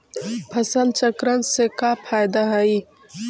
फसल चक्रण से का फ़ायदा हई?